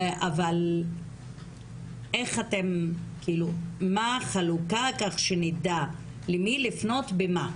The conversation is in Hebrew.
אבל מה החלוקה כך שנדע למי לפנות במה?